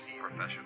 professional